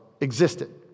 existed